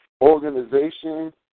organization